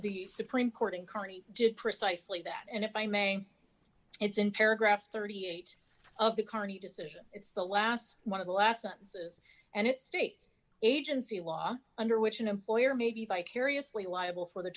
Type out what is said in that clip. illinois supreme court and carney did precisely that and if i may it's in paragraph thirty eight of the carney decision it's the last one of the last sentences and it states agency of law under which an employer may be vicariously liable for the